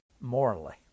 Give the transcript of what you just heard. morally